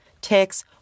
ticks